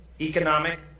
economic